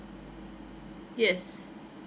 yes